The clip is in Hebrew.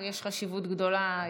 יש חשיבות גדולה,